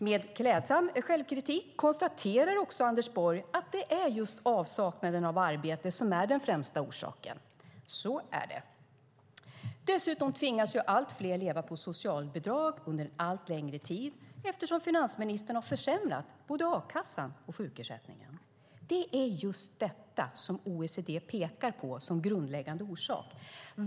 Med klädsam självkritik konstaterar också Anders Borg att det är just avsaknaden av arbete som är den främsta orsaken. Så är det. Dessutom tvingas allt fler leva på socialbidrag under allt längre tid, eftersom finansministern har försämrat både a-kassan och sjukersättningen. Det är just detta som OECD pekar på som grundläggande orsak.